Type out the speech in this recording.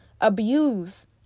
abuse